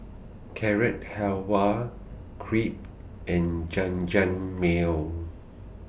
Carrot Halwa Crepe and Jajangmyeon